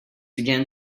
began